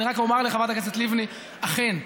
אני אומר לחברת הכנסת לבני: אכן,